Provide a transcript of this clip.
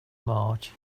march